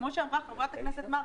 כמו שאמרה חברת הכנסת מארק,